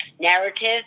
narrative